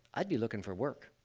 i'd be looking for work.